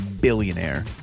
billionaire